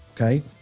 okay